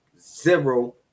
Zero